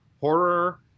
horror